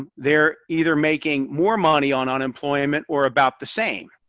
ah they're either making more money on unemployment or about the same.